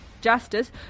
Justice